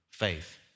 faith